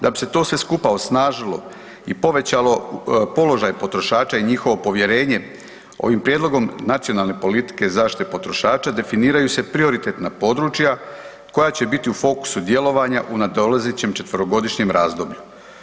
Da bi se to sve skupa osnažilo i povećalo položaj potrošača i njihovo povjerenje, ovim prijedlogom nacionalne politike zaštite potrošača definiraju se prioritetna područja koja će biti u fokusu djelovanja u nadolazećem četverogodišnjem razdoblju.